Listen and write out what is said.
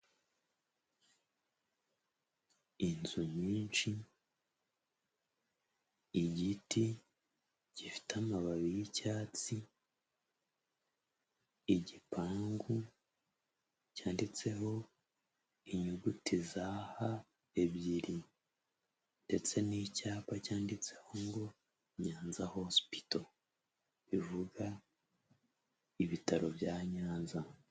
Inzu nyinshi, igiti gifite amababi y'icyatsi, igipangu cyanditseho inyuguti za ''h'' ebyiri; ndetse n'icyapa cyanditseho ngo ''Nyanza hosipital'', bivuga Ibitaro bya Nyanza.